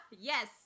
Yes